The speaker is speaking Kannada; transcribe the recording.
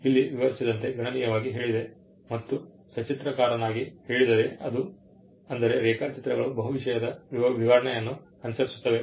ಇಲ್ಲಿ ವಿವರಿಸಿದಂತೆ ಗಣನೀಯವಾಗಿ ಹೇಳಿದೆ ಮತ್ತು ಸಚಿತ್ರಕಾರನಾಗಿ ಹೇಳಿದರೆ ಅದು ಅಂದರೆ ರೇಖಾಚಿತ್ರಗಳು ಬಹುವಿಷಯದ ವಿವರಣೆಯನ್ನು ಅನುಸರಿಸುತ್ತವೆ